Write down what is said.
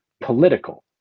political